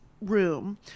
room